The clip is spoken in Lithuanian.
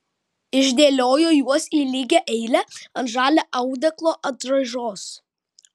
išdėliojo juos į lygią eilę ant žalio audeklo atraižos